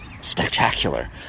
spectacular